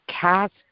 cast